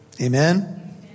Amen